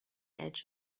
edge